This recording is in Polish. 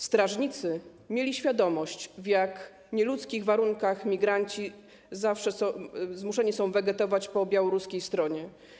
Strażnicy mieli świadomość, w jak nieludzkich warunkach migranci zmuszeni są wegetować po białoruskiej stronie.